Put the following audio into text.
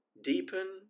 deepen